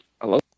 hello